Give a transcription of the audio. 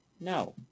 No